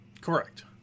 Correct